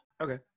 Okay